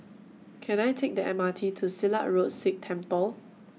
Can I Take The M R T to Silat Road Sikh Temple